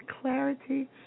clarity